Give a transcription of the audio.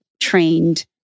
trained